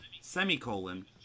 Semicolon